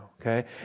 okay